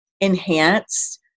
enhanced